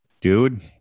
Dude